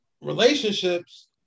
relationships